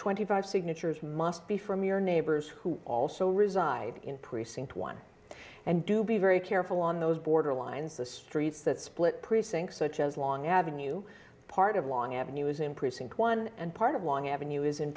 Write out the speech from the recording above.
nty five signatures must be from your neighbors who also reside in precinct one and do be very careful on those borderlines the streets that split precincts such as long avenue part of long avenue is in precinct one and part of long avenue is in